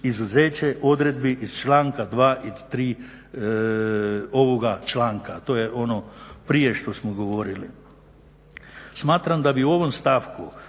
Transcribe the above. izuzeće odredbi iz članka 2. i 3. ovoga članka. To je ono prije što smo govorili. Smatram da bi u ovom stavku